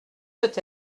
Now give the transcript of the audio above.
peut